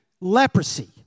leprosy